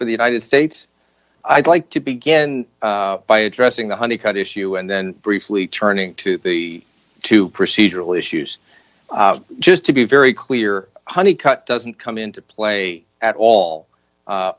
for the united states i'd like to begin by addressing the honey cut issue and then briefly turning to the two procedural issues just to be very clear honey cut doesn't come into play at all